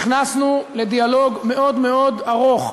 נכנסנו לדיאלוג מאוד מאוד ארוך,